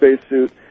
spacesuit